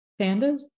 Pandas